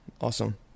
awesome